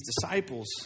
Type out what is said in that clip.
disciples